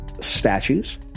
statues